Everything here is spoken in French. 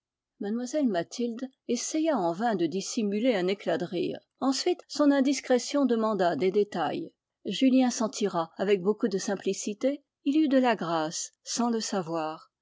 mlle mathilde essaya en vain de dissimuler un éclat de rire ensuite son indiscrétion demanda des détails julien s'en tira avec beaucoup de simplicité il eut de la grâce sans le savoir